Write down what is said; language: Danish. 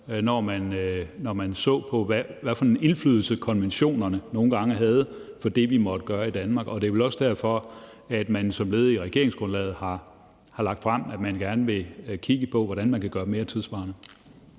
når man så på, hvad for en indflydelse konventionerne nogle gange havde på det, vi måtte gøre i Danmark. Det er vel også derfor, at man i regeringsgrundlaget har lagt frem, at man gerne vil kigge på, hvordan man kan gøre dem mere tidssvarende.